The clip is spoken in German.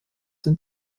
sind